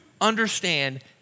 understand